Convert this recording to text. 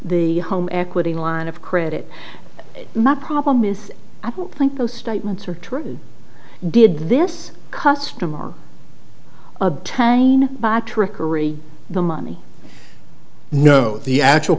the home equity line of credit my problem is i don't think those statements are true did this customer obtain by trickery the money no the actual